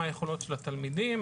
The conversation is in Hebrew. מה היכולות של התלמידים,